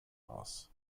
aus